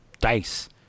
dice